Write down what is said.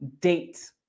date